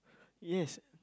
yes